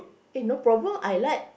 eh no problem I like